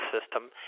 system